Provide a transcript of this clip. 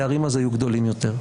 הפערים אז היו גדולים יותר.